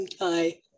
Hi